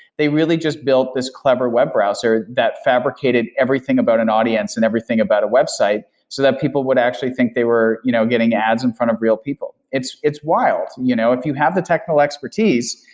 they really just built this clever web browser that fabricated everything about an audience and everything about a website so that people would actually think they were you know getting ads in front of real people. it's it's wild. you know if you have the technical expertise,